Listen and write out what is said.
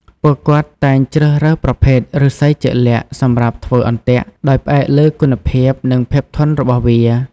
ពួកគាត់តែងជ្រើសរើសប្រភេទឫស្សីជាក់លាក់សម្រាប់ធ្វើអន្ទាក់ដោយផ្អែកលើគុណភាពនិងភាពធន់របស់វា។